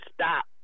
stop